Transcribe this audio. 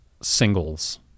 singles